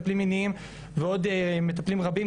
מטפלים מיניים ועוד מטפלים רבים,